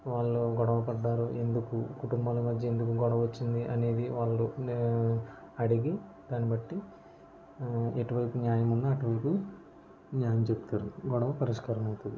వాళ్లు గొడవపడ్డారు ఎందుకు కుటుంబాల మధ్య ఎందుకు గొడవ వచ్చింది అనేది వాళ్ళు అడిగి దాన్ని బట్టి ఎటువైపు న్యాయం ఉందో అటువైపు ఉండి న్యాయం చెబుతారు గొడవ పరిష్కారం అవుతుంది